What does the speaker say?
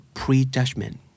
prejudgment